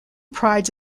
prides